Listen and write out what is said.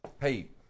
hey